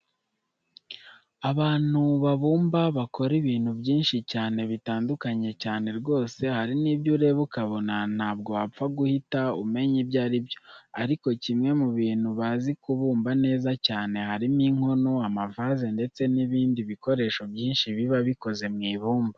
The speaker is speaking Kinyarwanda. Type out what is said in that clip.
Abantu babumba bakora ibintu byinshi cyane bitandukanye cyane, rwose hari n'ibyo ureba ukabona ntabwo wapfa guhita umenya ibyo ari byo. Ariko kimwe mu bintu bazi kubumba neza cyane harimo inkono, amavaze ndetse n'ibindi bikoresho byinshi biba bikoze mu ibumba.